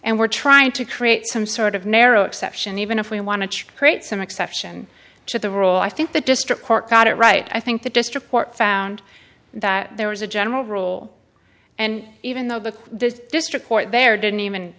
and we're trying to create some sort of narrow exception even if we want to create some exception to the rule i think the district court got it right i think the district court found that there was a general rule and even though the district court there didn't even